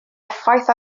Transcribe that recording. effaith